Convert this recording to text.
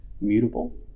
mutable